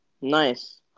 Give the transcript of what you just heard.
Nice